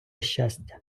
щастя